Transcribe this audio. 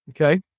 Okay